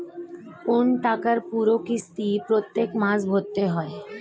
কোন টাকার পুরো কিস্তি প্রত্যেক মাসে ভরতে হয়